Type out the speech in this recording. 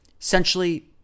Essentially